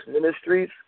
Ministries